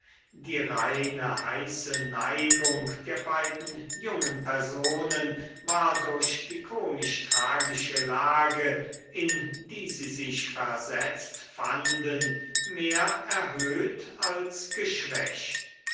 die reine heiße neigung der beiden jungen personen war durch die komisch tragische lage in die sie sich versetzt fanden mehr erhöht als geschwächt